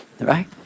Right